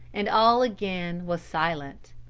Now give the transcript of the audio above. and all again was silent.